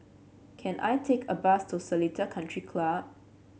can I take a bus to Seletar Country Club